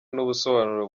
n’ubusobanuro